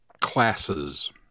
classes